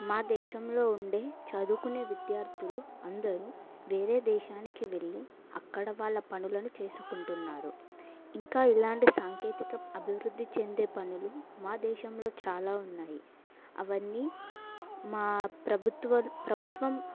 మా దేశంలో ఉండే చదువుకునే విద్యార్థులు అందరూ వేరే దేశానికి వెళ్ళి అక్కడ వాళ్ళ పనులను చేసుకుంటున్నారు ఇంకా ఇలాంటి సాంకేతిక అభివృద్ధి చెందే పనులు మా దేశంలో చాలా ఉన్నాయి అవన్నీ మా ప్రభుత్వ ప్రభుత్వం